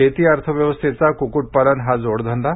शेती अर्थव्यवस्थेचा कुक्कुटपालन हा जोडधंदा